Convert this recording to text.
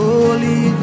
Holy